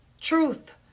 Truth